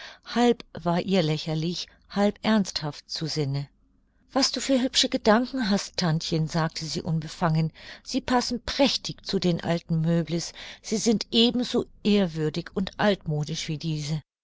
halb war ihr lächerlich halb ernsthaft zu sinne was du für hübsche gedanken hast tantchen sagte sie unbefangen sie passen prächtig zu den alten meubles sie sind eben so ehrwürdig und altmodisch wie diese